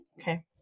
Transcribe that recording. Okay